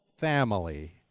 family